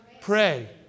pray